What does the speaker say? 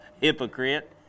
Hypocrite